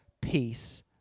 peace